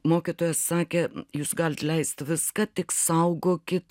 mokytoja sakė jūs galit leist viską tik saugokit